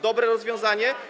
Dobre rozwiązanie?